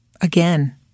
Again